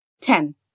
Ten